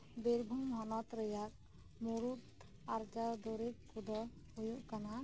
ᱵᱤᱨᱵᱷᱩᱢ ᱦᱚᱱᱚᱛ ᱨᱮᱭᱟᱜ ᱢᱩᱲᱩᱫ ᱟᱨᱡᱟᱣ ᱫᱩᱨᱤᱵ ᱠᱚᱫᱚ ᱦᱩᱭᱩᱜ ᱠᱟᱱᱟ